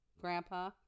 Grandpa